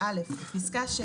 פסקה 7: